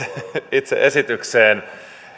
itse esitykseen